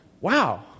wow